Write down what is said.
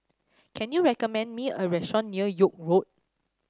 can you recommend me a restaurant near York Road